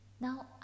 now